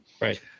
Right